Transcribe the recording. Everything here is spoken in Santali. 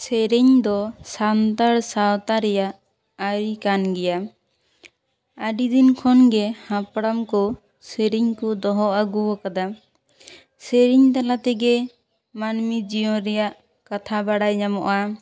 ᱥᱮᱨᱮᱧ ᱫᱚ ᱥᱟᱱᱛᱟᱲ ᱥᱟᱶᱛᱟ ᱨᱮᱭᱟᱜ ᱟᱹᱨᱤ ᱠᱟᱱ ᱜᱮᱭᱟ ᱟᱹᱰᱤ ᱫᱤᱱ ᱠᱷᱚᱱ ᱜᱮ ᱦᱟᱯᱲᱟᱢ ᱠᱚ ᱥᱮᱨᱮᱧ ᱠᱚ ᱫᱚᱦᱚ ᱟᱹᱜᱩ ᱟᱠᱟᱫᱟ ᱥᱮᱨᱮᱧ ᱛᱟᱞᱟᱛᱮᱜᱮ ᱢᱟᱹᱱᱢᱤ ᱡᱤᱭᱚᱱ ᱨᱮᱭᱟᱜ ᱠᱟᱛᱷᱟ ᱵᱟᱲᱟᱭ ᱧᱟᱢᱚᱜᱼᱟ